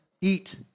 eat